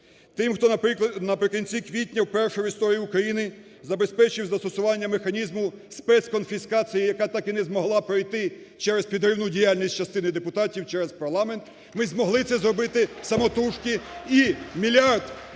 Тим, хто наприкінці квітня вперше в історії України забезпечив застосування механізму спецконфіскації, яка так і не змогла пройти через підривну діяльність частини депутатів, через парламент, ми змогли це зробити самотужки, і мільярд 300